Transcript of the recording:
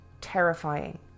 terrifying